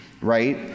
right